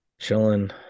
Chilling